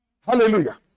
Hallelujah